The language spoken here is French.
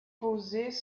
posés